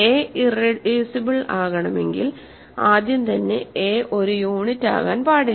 a irreducible ആകണമെങ്കിൽ ആദ്യം തന്നെ a ഒരു യൂണിറ്റ് ആകാൻ പാടില്ല